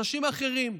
אנשים אחרים.